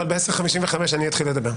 אבל ב-10:55 אני אתחיל לדבר.